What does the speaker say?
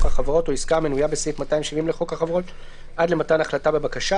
החברות או עסקה המנויה בסעיף 270 לחוק החברות עד למתן החלטה בבקשה,